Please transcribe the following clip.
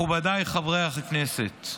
מכובדיי חברי הכנסת,